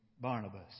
Barnabas